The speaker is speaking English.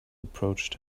approached